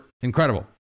incredible